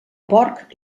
porc